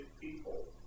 people